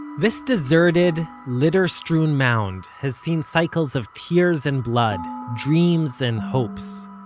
this deserted, litter-strewn mound, has seen cycles of tears and blood, dreams and hopes.